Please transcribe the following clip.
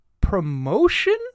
promotion